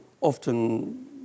often